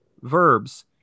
verbs